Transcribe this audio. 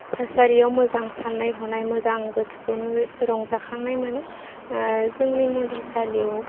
थासारिआव मोजां साननाय हनाय मोजां गोसोखौनो रंजाखांनाय मोनो जोंनि मन्दिरसालिआव